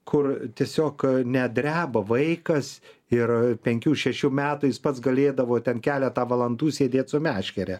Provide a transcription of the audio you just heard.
kur tiesiog net dreba vaikas ir penkių šešių metų jis pats galėdavo ten keletą valandų sėdėt su meškere